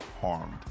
harmed